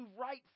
right